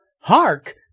Hark